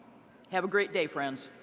have a great day, friends.